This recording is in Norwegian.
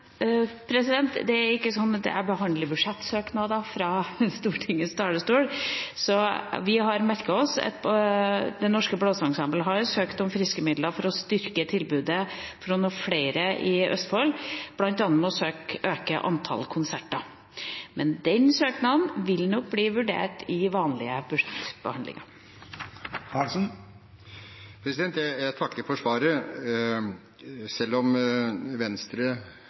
Det er ikke slik at jeg behandler budsjettsøknader fra Stortingets talerstol, men vi har merket oss at Det Norske Blåseensemble har søkt om friske midler for å styrke tilbudet for å nå flere i Østfold, bl.a. gjennom å øke antall konserter. Så den søknaden vil nok bli vurdert i vanlige budsjettbehandlinger. Jeg takker for svaret. Selv om Venstre